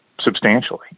substantially